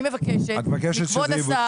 אני מבקשת מכבוד השר,